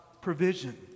provision